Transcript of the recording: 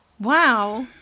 Wow